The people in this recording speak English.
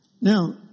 Now